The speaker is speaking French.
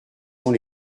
sont